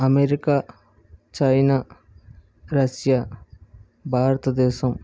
America China Russia Bharatadesam